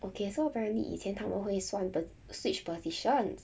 okay so apparently 以前他们会算 switch positions